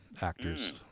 actors